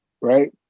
Right